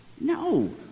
No